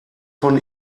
von